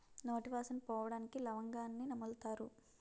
నోటి వాసన పోవడానికి లవంగాన్ని నములుతారు